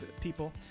people